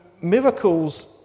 miracles